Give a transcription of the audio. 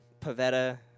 Pavetta